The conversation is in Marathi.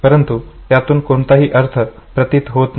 परंतु त्यातून कोणताही अर्थ प्रतीत होत नाही